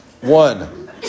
One